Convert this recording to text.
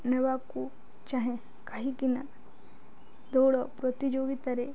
ନେବାକୁ ଚାହେଁ କାହିଁକିନା ଦୋଡ଼ ପ୍ରତିଯୋଗିତାରେ